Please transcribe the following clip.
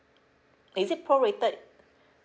is it prorated